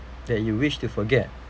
that you wish to forget